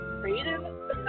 Creative